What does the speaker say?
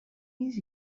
miss